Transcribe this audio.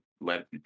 let